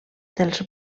dels